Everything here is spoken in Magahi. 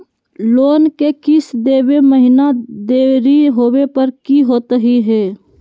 लोन के किस्त देवे महिना देरी होवे पर की होतही हे?